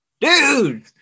Dude